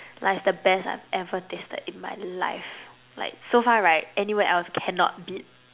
like its the best I've ever tasted in my life like so far right anywhere else cannot beat